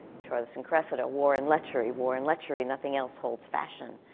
troilus and cressida, war and lechery, war and lechery, nothing else holds fashion,